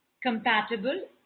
compatible